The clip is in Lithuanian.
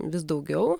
vis daugiau